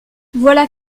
voilà